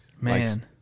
Man